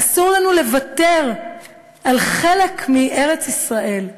אסור לנו לוותר על חלק מארץ-ישראל.